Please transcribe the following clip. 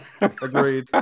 Agreed